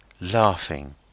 laughing